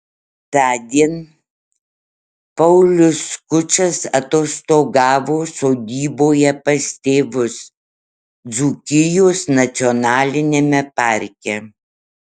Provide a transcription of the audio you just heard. tądien paulius skučas atostogavo sodyboje pas tėvus dzūkijos nacionaliniame parke